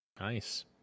nice